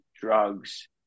drugs